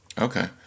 Okay